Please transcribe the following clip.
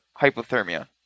hypothermia